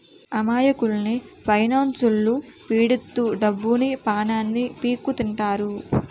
అమాయకుల్ని ఫైనాన్స్లొల్లు పీడిత్తు డబ్బుని, పానాన్ని పీక్కుతింటారు